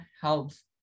helps